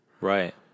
right